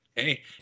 hey